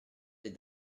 des